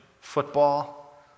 football